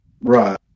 right